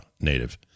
native